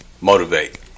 motivate